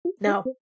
No